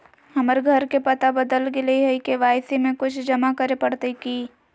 हमर घर के पता बदल गेलई हई, के.वाई.सी में कुछ जमा करे पड़तई की?